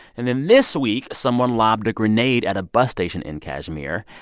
and then this week, someone lobbed a grenade at a bus station in kashmir.